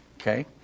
Okay